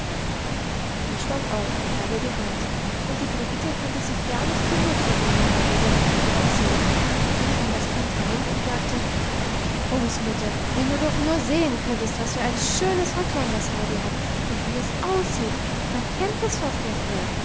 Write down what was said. heidi stand auf und gab ihr die hand und die brigitte konnte sich gar nicht genug verwundern darüber wie heidi aussehe und ging um das kind herum und sagte großmutter wenn du doch nur sehen könntest was für ein schönes röcklein das heidi hat und wie es aussieht man kennt es fast nicht mehr